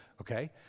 Okay